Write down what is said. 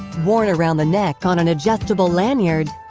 worn around the neck on an adjustable lanyard,